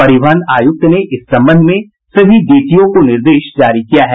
परिवहन आयुक्त ने इस संबंध में सभी डीटीओ को निर्देश जारी किया है